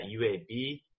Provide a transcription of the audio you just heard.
UAB